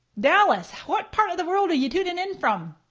dallas, what part of the world are you tunin' in from?